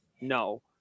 no